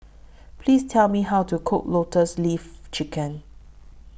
Please Tell Me How to Cook Lotus Leaf Chicken